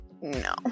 no